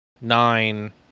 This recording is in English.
nine